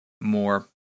more